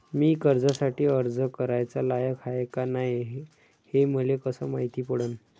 मी कर्जासाठी अर्ज कराचा लायक हाय का नाय हे मले कसं मायती पडन?